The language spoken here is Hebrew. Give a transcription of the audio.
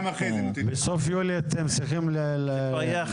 בסוף יולי אתם צריכים לאשר?